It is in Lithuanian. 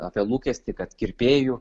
apie lūkestį kad kirpėjų